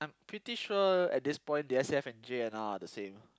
I'm pretty sure at this point the S_A_F and J_N_R are the same